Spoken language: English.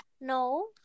No